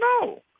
No